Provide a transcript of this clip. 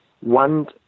one